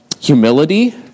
humility